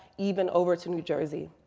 even over to new jersey.